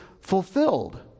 fulfilled